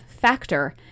factor